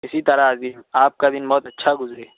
اسی طرح عظیم آپ کا دن بہت اچھا گزرے